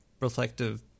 reflective